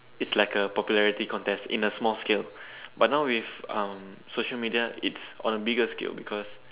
it's like a popularity contest in a small scale but now with um social media it's on a bigger scale because